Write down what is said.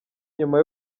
nyuma